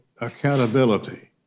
accountability